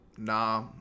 Nah